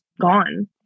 gone